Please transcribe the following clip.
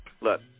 Look